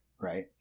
Right